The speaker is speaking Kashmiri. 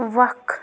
وَکھ